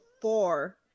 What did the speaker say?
four